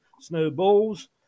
Snowballs